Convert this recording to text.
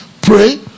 pray